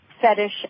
fetish